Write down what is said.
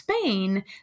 Spain